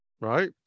right